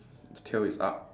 the tail is up